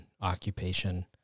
occupation